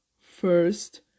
first